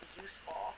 useful